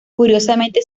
curiosamente